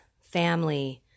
family